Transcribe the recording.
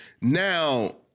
Now